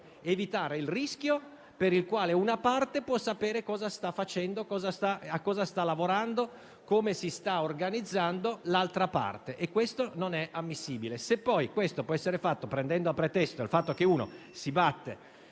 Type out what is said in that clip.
evitare il rischio che una parte possa sapere cosa sta facendo, a cosa sta lavorando e come si sta organizzando l'altra parte. Questo non è ammissibile. Se poi ciò avviene prendendo a pretesto il fatto che uno si batte